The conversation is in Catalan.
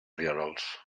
rierols